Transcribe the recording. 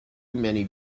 many